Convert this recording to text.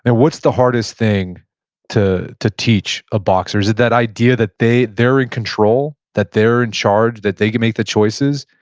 and what's the hardest thing to to teach a boxer? is it that idea that they're in control, that they're in charge, that they can make the choices?